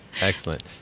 Excellent